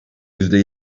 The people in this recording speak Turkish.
yüzde